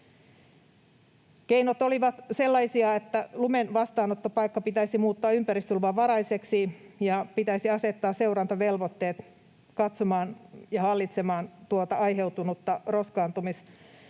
Keinot olivat sellaisia kuin että lumen vastaanottopaikka pitäisi muuttaa ympäristöluvanvaraiseksi ja pitäisi asettaa seurantavelvoitteet katsomaan ja hallitsemaan tuota aiheutunutta roskaantumisongelmaa.